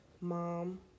mom